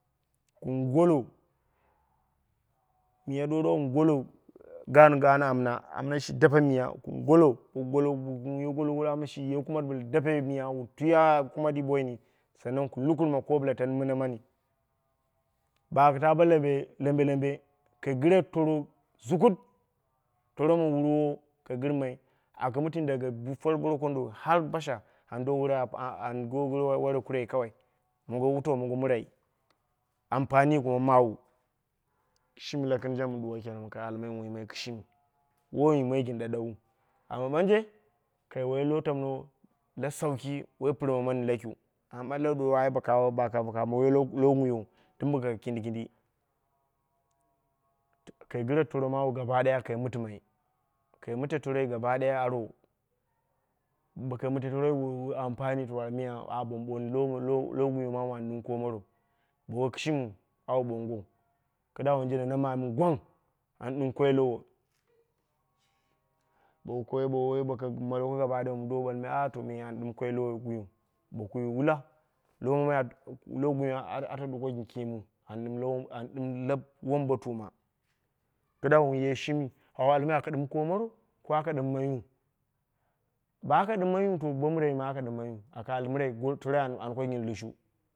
Wun golo miya ɗuwa ɗuwa wun golo gaan gaan amna, amna shi dape miya wun golo wun ye gogolo shi dape miya twi ah kumat yi boini saanan kun lukurma koma bɨla tani mɨna mani sound baka ta bo lambe, lambe lambe kai gɨre toro sukut, toro ma wurwo wo kai gɨrmai aka mɨtini daga por bɨrakondo har basha an do wore ando gire, ando wore kurei kawai, mongo wutau mongo mɨrai ampanii kuma ma awu, shimi lakɨrjen mɨ ɗuwa kenan mi ka almai wun yimai kɨshimi wo wun yimai gɨn ɗaɗauwu amma ɓanje kai wai lo tamno la sauki woi pirma mani yikiu amma la ɗuwa ai baka baka wai lo gunyo dɨm boko kan kindi kindi sound kai gɨre toro maawu gaba ɗaya kai mɨtimai, mɨte toroi gaba ɗaya arwo sound bo ko mɨte toroi wu wai ampani to ba ɓooni ba ɓooni lo gunyo maamu an ɗɨm koomoro woi kishimiu awu ɓongon kɨdda wun jinda namami mɨ gwang an ɗɨm koi lowo boko koi boko maloko gala daya au do ɓalmai ai me an ɗɨm koi lowo gunyo bokuye wula, logunyo ata ɗuko gɨn kiimu an ɗɨm lab wombotuma, kɨdda wunye shimi au ɗɨm almai aka ɗɨm koomoro ko aka ɗɨmmayu baka ɗɨmaiyu mɨnai aka ɗɨmayu aka toroi an ɗuko gɨn lushu